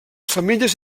femelles